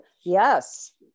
Yes